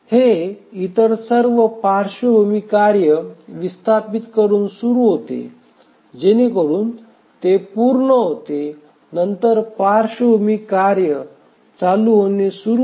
हे इतर सर्व पार्श्वभूमी कार्ये विस्थापित करून सुरू होते जेणेकरून ते पूर्ण होते नंतर पार्श्वभूमी कार्ये चालू होणे सुरू होते